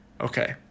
okay